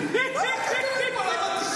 או של עמית הלוי או של בוארון.